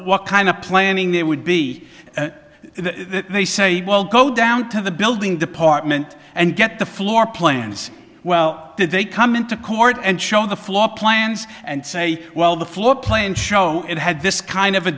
what kind of planning there would be if they say well go down to the building department and get the floor plans well did they come into court and show the floor plans and say well the floatplane show it had this kind of a